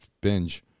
binge